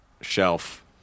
shelf